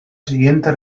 siguiente